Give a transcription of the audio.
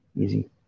Easy